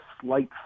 slight